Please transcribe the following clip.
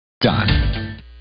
Done